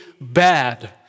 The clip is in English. bad